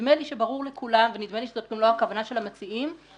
נדמה לי שברור לכולם שהמציעים לא מתכוונים